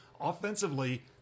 offensively